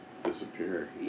Disappear